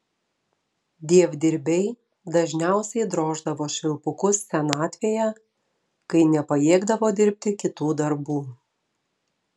dievdirbiai dažniausiai droždavo švilpukus senatvėje kai nepajėgdavo dirbti kitų darbų